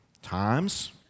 times